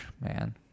man